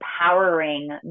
empowering